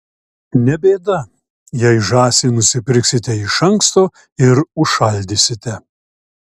ne bėda jei žąsį nusipirksite iš anksto ir užšaldysite